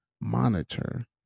monitor